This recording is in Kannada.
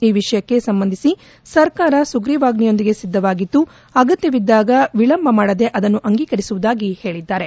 ಈ ವಿಷಯಕ್ಕೆ ಸಂಬಂಧಿಸಿ ಸರ್ಕಾರ ಸುಗ್ರಿವಾಜ್ಜೆಯೊಂದಿಗೆ ಸಿದ್ದವಾಗಿದ್ದು ಅಗತ್ಯವಿದ್ದಾಗ ವಿಳಂಬ ಮಾಡದೇ ಅದನ್ನು ಅಂಗೀಕರಿಸುವುದಾಗಿ ಹೇಳಿದ್ದಾರೆ